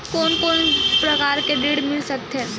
कोन कोन प्रकार के ऋण मिल सकथे?